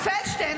פלדשטיין